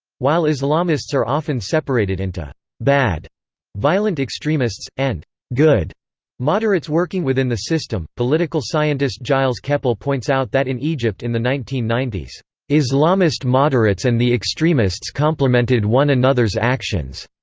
while islamists are often separated into bad violent extremists, and good moderates working within the system, political scientist gilles kepel points out that in egypt in the nineteen ninety s islamist moderates and the extremists complemented one another's actions.